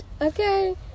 Okay